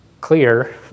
clear